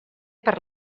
per